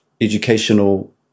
educational